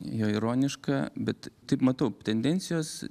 jo ironiška bet taip matau tendencijos